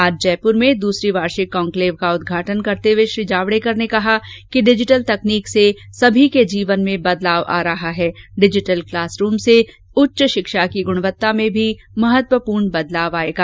आज जयपुर में दूसरी वार्षिक कांक्लेव का उदघाटन करते हुए श्री जावडेकर ने कहा कि डिजिटल तकनीक से सभी के जीवन में बदलाव आ रहा है और डिजिटल क्लासरूम से उच्च शिक्षा की गुणवत्ता में महत्वपूर्ण बदलाव आएगा